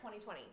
2020